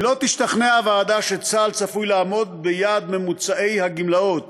אם לא תשתכנע הוועדה שצה"ל צפוי לעמוד ביעד ממוצעי הגמלאות